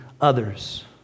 others